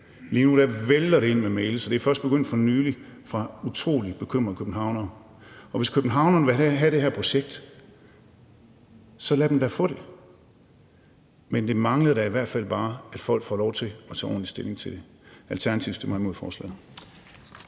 Lige nu vælter det ind med mails – og det er først begyndt for nylig – fra utrolig bekymrede københavnere. Og hvis københavnerne vil have det her projekt, så lad dem da få det, men det manglede da i hvert fald bare, at folk får lov til at tage ordentlig stilling til det. Alternativet stemmer imod forslaget.